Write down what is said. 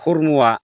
खरम'आ